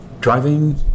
driving